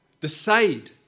decide